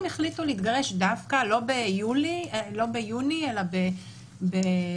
החליטו להתגרש דווקא לא ביוני אלא בינואר.